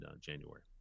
January